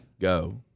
go